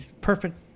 perfect